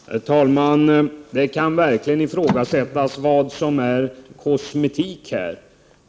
Herr talman! Det kan verkligen ifrågasättas vad som är kosmetik här.